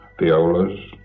violas